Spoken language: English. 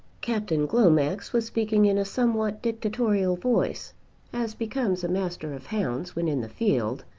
captain glomax was speaking in a somewhat dictatorial voice as becomes a master of hounds when in the field,